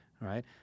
right